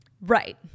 Right